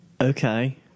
Okay